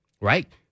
right